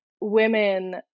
women